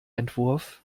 entwurf